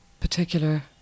particular